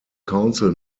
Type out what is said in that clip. council